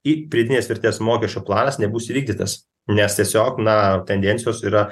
į pridėtinės vertės mokesčio planas nebus įvykdytas nes tiesiog na tendencijos yra